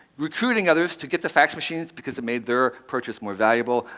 recruiting others to get the fax machines because it made their purchase more valuable.